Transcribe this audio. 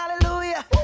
hallelujah